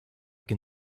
can